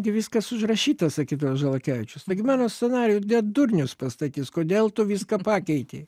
gi viskas užrašyta sakydavo žalakevičius taigi mano scenarijų net durnius pastatys kodėl tu viską pakeitei